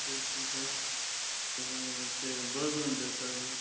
dates sir சரிங்க எனக்கு Bourbon base chocolate